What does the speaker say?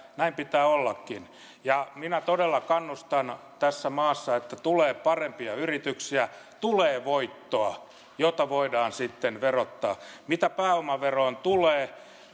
näin pitää ollakin minä todella kannustan tässä maassa siihen että tulee parempia yrityksiä tulee voittoa jota voidaan sitten verottaa mitä pääomaveroon tulee